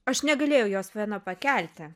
aš negalėjau jos viena pakelti